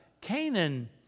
Canaan